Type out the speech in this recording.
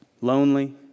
lonely